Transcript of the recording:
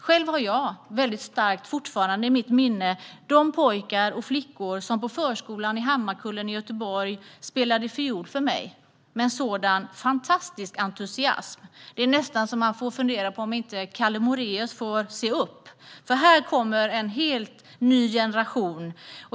Själv har jag fortfarande starkt i minnet de pojkar och flickor som på förskolan i Hammarkullen i Göteborg spelade fiol för mig med en sådan fantastisk entusiasm. Det är nästan så att Kalle Moraeus får se upp, för här kommer en helt ny generation.